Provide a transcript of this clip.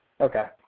Okay